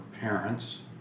parents